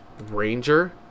Ranger